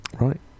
Right